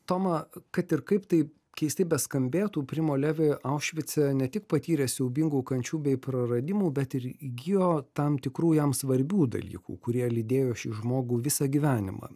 toma kad ir kaip tai keistai beskambėtų primo levi aušvice ne tik patyrė siaubingų kančių bei praradimų bet ir įgijo tam tikrų jam svarbių dalykų kurie lydėjo šį žmogų visą gyvenimą